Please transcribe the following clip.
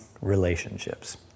relationships